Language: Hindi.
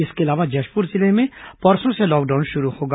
इसके अलावा जशप्र जिले में परसों से लॉकडाउन शुरू होगा